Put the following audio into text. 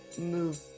move